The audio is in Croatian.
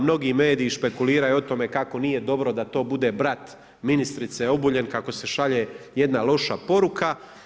Mnogi mediji špekuliraju o tome kako nije dobro da to bude brat ministrice Obuljen, kako se šalje jedna loša poruka.